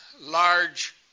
large